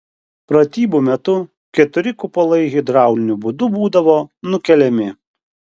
pratybų metu keturi kupolai hidrauliniu būdu būdavo nukeliami